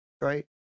right